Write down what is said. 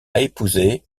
épousé